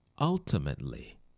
ultimately